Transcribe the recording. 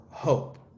Hope